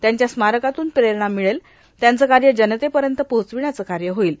त्यांच्या स्मारकातून प्रेरणा मिळेल त्यांचे कार्य जनतेपर्यंत पोचविण्याचे कार्य होईल